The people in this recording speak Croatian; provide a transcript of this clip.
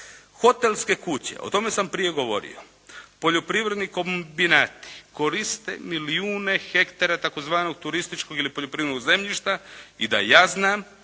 Hotelske kuće, o tome sam prije govorio, poljoprivredni kombinati koriste milijune hektara tzv. turističkog ili poljoprivrednog zemljišta i da ja znam,